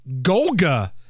golga